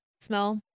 smell